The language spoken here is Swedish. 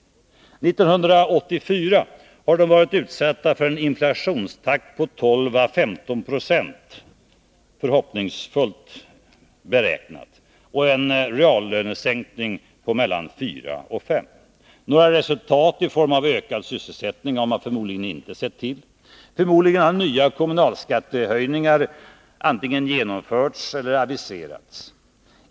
År 1984 har de varit utsatta för en inflationstakt på 12315 960 — förhoppningsfullt beräknat — och en reallönesänkning på 4 å5 96. Några resultat i form av ökad sysselsättning har man förmodligen inte sett till. Förmodligen har nya kommunalskattehöjningar antingen genomförts eller aviserats.